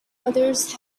others